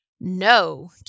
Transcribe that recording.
No